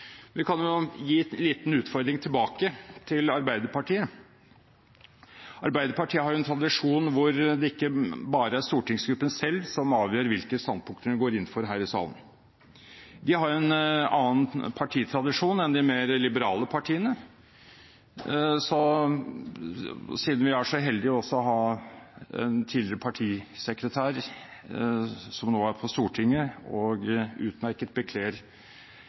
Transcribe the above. Vi kan jo gi en liten utfordring tilbake til Arbeiderpartiet: Arbeiderpartiet har tradisjon for at det ikke bare er stortingsgruppen selv som avgjør hvilke standpunkter en går inn for her i salen. De har en annen partitradisjon enn de mer liberale partiene. Siden vi er så heldige å ha en tidligere partisekretær på Stortinget nå som utmerket bekler